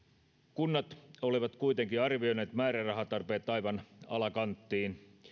kunnat olivat kuitenkin arvioineet määrärahatarpeet aivan alakanttiin